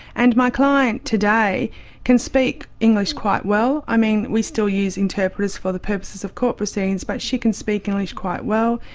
and my client today can speak english quite well, i mean we still use interpreters for the purposes of court proceedings, but she can speak english quite well,